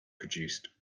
produced